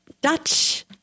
Dutch